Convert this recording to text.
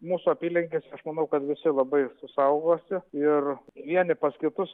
mūsų apylinkėse aš manau kad visi labai saugosi ir vieni pas kitus